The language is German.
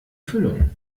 füllung